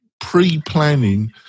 pre-planning